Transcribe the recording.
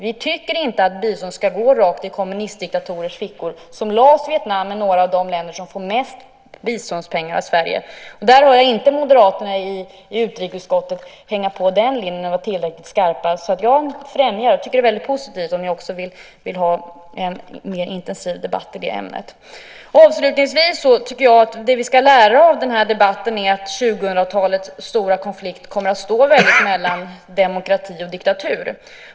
Vi tycker inte att bistånd ska gå rakt i kommunistdiktatorers fickor. Laos och Vietnam är några av de länder som får mest biståndspengar av Sverige. Jag har inte hört moderaterna i utrikesutskottet hänga på den linjen och vara tillräckligt skarpa. Jag skulle främja det, och jag tycker att det är positivt om ni vill föra en mer intensiv debatt i det ämnet. Avslutningsvis tycker jag också att det vi ska lära av debatten är att 2000-talets stora konflikt kommer att råda mellan demokrati och diktatur.